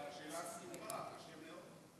בשאלה הכתובה קשה מאוד.